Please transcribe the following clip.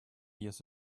years